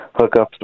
hookups